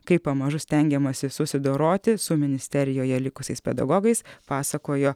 kaip pamažu stengiamasi susidoroti su ministerijoje likusiais pedagogais pasakojo